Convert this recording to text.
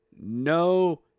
No